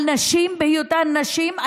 על נשים בהיותן נשים,